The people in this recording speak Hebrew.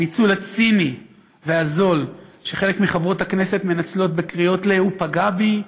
הניצול הציני והזול שחלק מחברות הכנסת מנצלות בקריאות: הוא פגע בי,